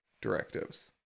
directives